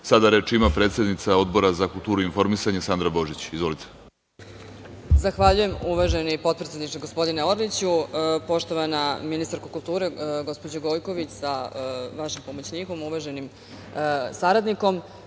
sednice. Reč ima predsednica Odbora za kulturu i informisanje Sandra Božić. Izvolite. **Sandra Božić** Zahvaljujem, uvaženi potpredsedniče gospodine Orliću. Poštovana ministarko kulture gospođo Gojković sa vašim pomoćnikom, uvaženim saradnikom,